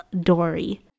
dory